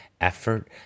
effort